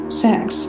sex